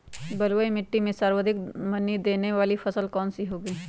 बलुई मिट्टी में सर्वाधिक मनी देने वाली फसल कौन सी होंगी?